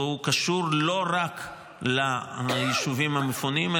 והוא קשור לא רק ליישובים המפונים,